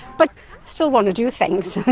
but still want to do things.